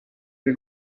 del